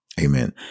Amen